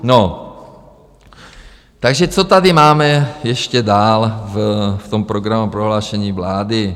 No, takže co tady máme ještě dál v tom programovém prohlášení vlády?